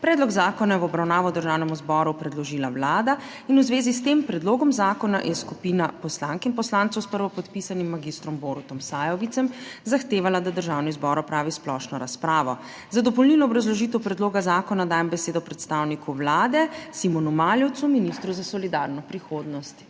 Predlog zakona je v obravnavo Državnemu zboru predložila Vlada in v zvezi s tem predlogom zakona je skupina poslank in poslancev s prvopodpisanim mag. Borutom Sajovicem zahtevala, da Državni zbor opravi splošno razpravo. Za dopolnilno obrazložitev predloga zakona dajem besedo predstavniku Vlade Simonu Maljevcu, ministru za solidarno prihodnost.